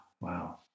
Wow